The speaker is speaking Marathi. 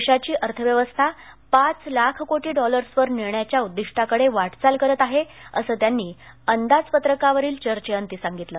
देशाची अर्थव्यवस्था पाच लाख कोटी डॉलर्सवर नेण्याच्या उद्दीष्टाकडे वाटचाल करत आहे असं त्यांनी अंदाजपत्रकावरील चर्चेअंती सांगितलं